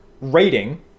rating